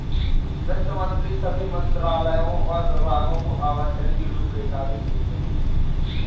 वित्त मंत्री सभी मंत्रालयों और विभागों को आवंटन की रूपरेखा भी देते हैं